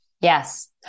Yes